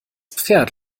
pferd